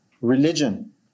religion